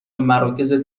مراکز